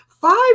five